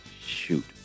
Shoot